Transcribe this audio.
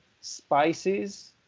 spices